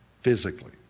physically